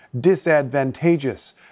disadvantageous